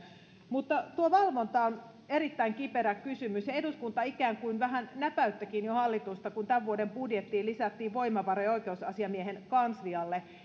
tuo valvonta on erittäin kiperä kysymys ja eduskunta ikään kuin vähän jo näpäyttikin hallitusta kun tämän vuoden budjettiin lisättiin voimavaroja oikeusasiamiehen kanslialle